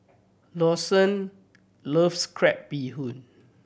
Lawson loves crab bee hoon